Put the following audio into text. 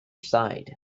side